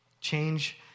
Change